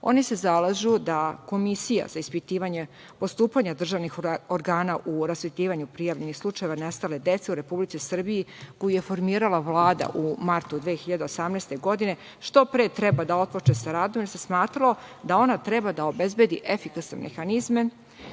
Oni se zalažu da Komisija za ispitivanje postupanja državnih organa u rasvetljavanju prijavljenih slučajeva nestale dece u Republici Srbiji, koju je formirala Vlada u martu 2018. godine, što pre treba da otpočne sa radom, jer se smatralo da ona treba da obezbedi efikasne mehanizme